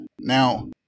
Now